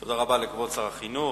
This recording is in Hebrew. תודה רבה לכבוד שר החינוך.